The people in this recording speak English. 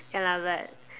ya lah but